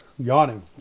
yawning